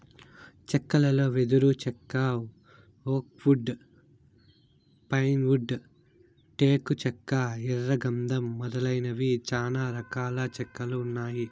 చెక్కలలో వెదురు చెక్క, ఓక్ వుడ్, పైన్ వుడ్, టేకు చెక్క, ఎర్ర గందం మొదలైనవి చానా రకాల చెక్కలు ఉన్నాయి